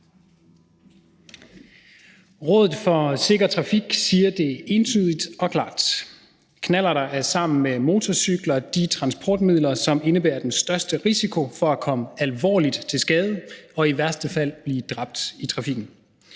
Rådet for Sikker Trafik siger det entydigt og klart: Knallerter er sammen med motorcykler de transportmidler, som indebærer den største risiko for at komme alvorligt til skade og i værste fald blive dræbt i trafikken,